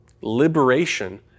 liberation